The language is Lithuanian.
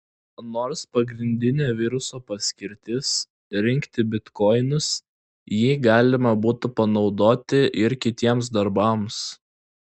nors pagrindinė viruso paskirtis rinkti bitkoinus jį galima būtų panaudoti ir kitiems darbams